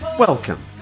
Welcome